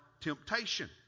temptation